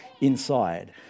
inside